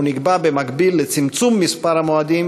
היא נקבעה במקביל לצמצום מספר המועדים